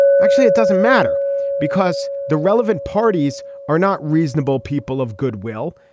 actually it doesn't matter because the relevant parties are not reasonable people of goodwill.